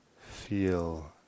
feel